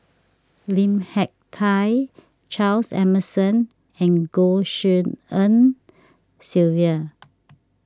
Lim Hak Tai Charles Emmerson and Goh Tshin En Sylvia